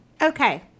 Okay